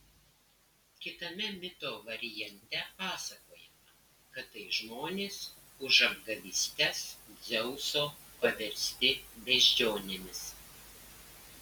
kitame mito variante pasakojama kad tai žmonės už apgavystes dzeuso paversti beždžionėmis